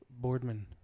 Boardman